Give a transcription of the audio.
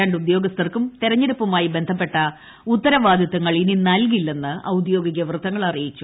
രണ്ട് ഉദ്യോഗസ്ഥർക്കും തെരഞ്ഞെടുപ്പുമായി ബന്ധപ്പെട്ട ഉത്തരവാദിത്വങ്ങൾ ഇനി നൽകില്ലെന്ന് ഔദ്യോഗിക വൃത്തങ്ങൾ അറിയിച്ചു